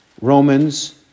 Romans